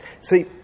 See